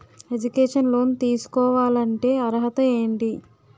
Educational loan తీసుకోవాలంటే అర్హత ఏంటి?